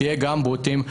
תהיה גם בוטים,